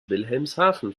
wilhelmshaven